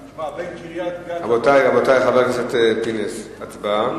ההצעה להעביר את הצעת חוק לתיקון פקודת העיריות (מס' 119)